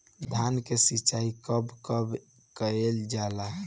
धान के सिचाई कब कब कएल जाला?